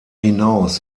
hinaus